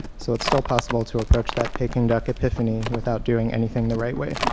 so it's still possible to approach that peking duck epiphany without doing anything the right way.